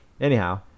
anyhow